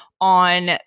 on